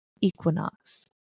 equinox